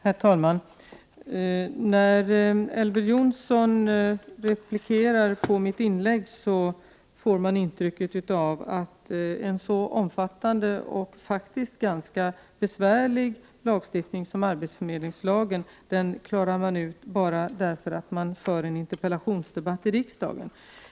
Herr talman! När Elver Jonsson replikerade på mitt inlägg fick man intrycket att han anser att alla problem som rör en så omfattande och faktiskt besvärlig lagstiftning som arbetsförmedlingslagen kan lösas vid en interpellationsdebatt i riksdagen.